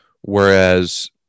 Whereas